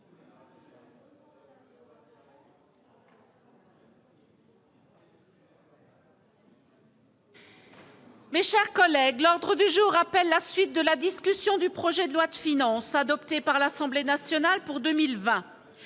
Mes chers collègues, l'ordre du jour appelle la suite de la discussion du projet de loi de finance adoptée par l'Assemblée nationale pour 2020